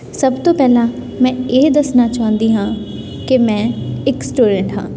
ਸਭ ਤੋਂ ਪਹਿਲਾਂ ਮੈਂ ਇਹ ਦੱਸਣਾ ਚਾਹੁੰਦੀ ਹਾਂ ਕਿ ਮੈਂ ਇੱਕ ਸਟੂਡੈਂਟ ਹਾਂ